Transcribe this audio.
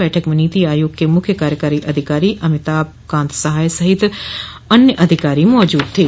बैठक में नीति आयोग के मुख्य कार्यकारी अधिकारी अमिताभ कांत सहित अन्य अधिकारी मौजूद थे